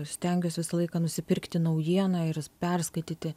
stengiuos visą laiką nusipirkti naujieną ir perskaityti